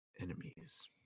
enemies